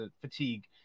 fatigue